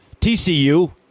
TCU